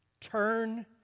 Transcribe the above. Turn